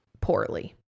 poorly